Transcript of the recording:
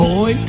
Boy